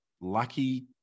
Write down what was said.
lucky